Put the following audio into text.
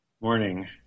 Morning